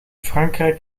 frankrijk